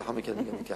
ולאחר מכן אתייחס.